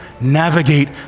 navigate